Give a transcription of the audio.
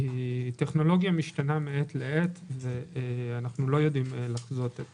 הטכנולוגיה משתנה מעת לעת ואנחנו לא יודעים לחזות את